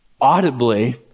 audibly